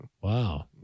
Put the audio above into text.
Wow